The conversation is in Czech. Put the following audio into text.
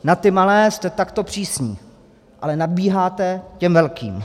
Na ty malé jste takto přísní, ale nadbíháte těm velkým.